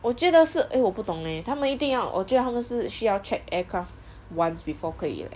我觉得是 eh 我不懂 leh 他们一定要我觉得是他们需要 check aircraft once before 才可以 like